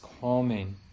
calming